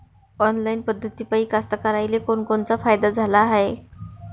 Online पद्धतीपायी कास्तकाराइले कोनकोनचा फायदा झाला हाये?